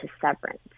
severance